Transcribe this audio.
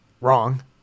Wrong